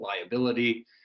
liability